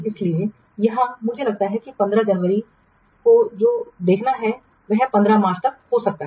इसलिए यहां मुझे लगता है कि 15 जनवरी को जो देखना है वह 15 मार्च तक हो सकता है